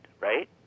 right